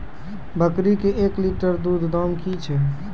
बकरी के एक लिटर दूध दाम कि छ?